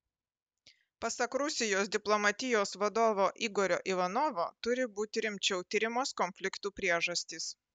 pasak rusijos diplomatijos vadovo igorio ivanovo turi būti rimčiau tiriamos konfliktų priežastys